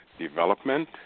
development